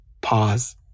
pause